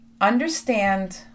understand